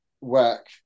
work